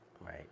Right